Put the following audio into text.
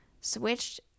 switched